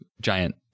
giant